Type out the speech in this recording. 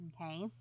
okay